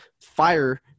fire